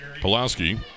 Pulaski